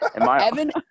Evan